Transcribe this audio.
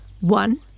one